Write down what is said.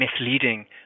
misleading